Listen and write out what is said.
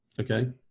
Okay